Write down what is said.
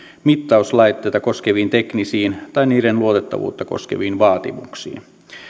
mittauslaitteita koskeviin teknisiin tai niiden luotettavuutta koskeviin vaatimuksiin